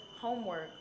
homework